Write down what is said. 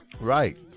Right